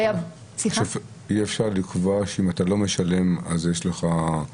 אי אפשר לקבוע שאם אתה לא משלם אז יש לך --- כן.